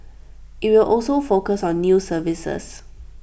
IT will also focus on new services